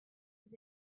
his